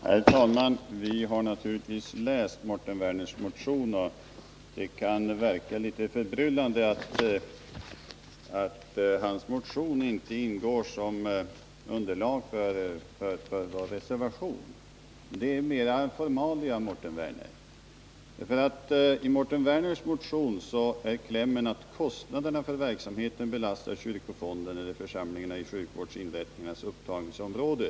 Herr talman! Vi har naturligtvis läst Mårten Werners motion. Det kan verka litet förbryllande att hans motion inte ingår som underlag för vår reservation. Men det handlar mer om formalia, Mårten Werner. I Mårten Werners motion lyder klämmen: ”att kostnaderna för verksamheten belastar kyrkofonden eller församlingarna i sjukvårdsinrättningens upptagningsområde”.